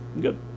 Good